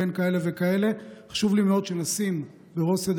בין כאלה לכאלה; חשוב לי מאוד שנשים בראש סדר